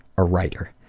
a writer.